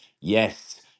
yes